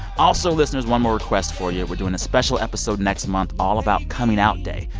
also, listeners, one more request for you we're doing a special episode next month all about coming out day.